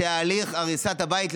שהליך הריסת הבית,